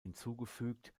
hinzugefügt